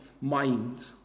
mind